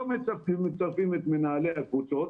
לא מצרפים את מנהלי הקבוצות,